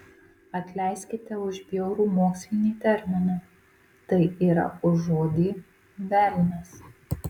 atleiskite už bjaurų mokslinį terminą tai yra už žodį velnias